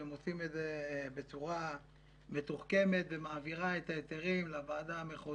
והם עושים את זה בצורה מתוחכמת היא מעבירה את ההיתרים לוועדה המחוזית,